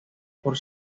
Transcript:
por